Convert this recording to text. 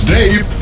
Dave